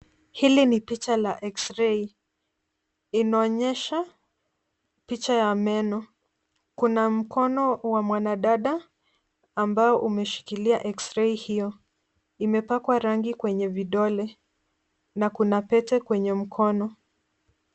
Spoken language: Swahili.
Hii ni picha ya X-ray inayoonyesha meno. Kuna mkono wa mwanadada ambao umeshikilia X-ray hiyo. Imepakwa rangi kwenye vidole na kuna pete kwenye mkono.